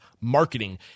marketing